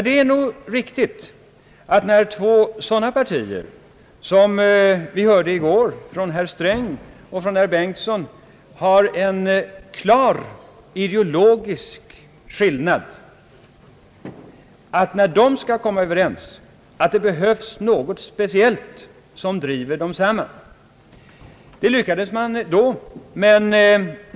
Det är nog riktigt att när två sådana partier, som enligt vad vi hörde i går av herr Sträng och herr Bengtson har en klar ideologisk skillnad mellan sig, skall komma överens så behövs det något speciellt som driver dem samman. Det lyckades man med då.